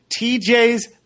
TJ's